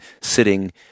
sitting